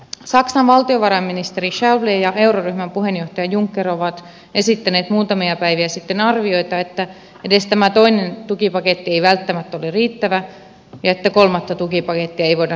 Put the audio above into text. saksan valtiovarainministeri schäuble ja euroryhmän puheenjohtaja juncker ovat esittäneet muutamia päiviä sitten arvioita että edes tämä toinen tukipaketti ei välttämättä ole riittävä ja että kolmatta tukipakettia ei voida sulkea pois